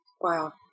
Wow